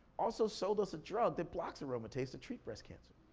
also sold us a drug that blocks aromatase to treat breast cancer.